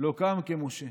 לא קם כמשה.